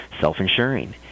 self-insuring